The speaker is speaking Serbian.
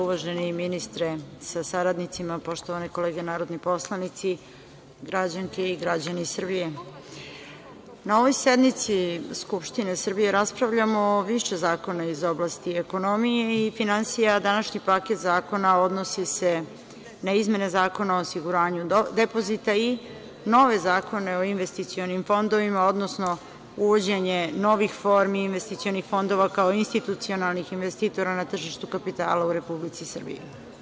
Uvaženi ministre sa saradnicima, poštovane kolege narodni poslanici, građanke i građani Srbije, na ovoj sednici Skušine Srbije raspravljamo o više zakona iz oblasti ekonomije i finansija, a današnji paket zakona odnosi se na izmene Zakona o osiguranju depozita i nove zakone o investicionim fondovima, odnosno uvođenje novih formi investicionih fondova kao institucionalnih investitora na tržištu kapitala u Republici Srbiji.